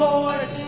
Lord